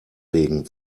wegen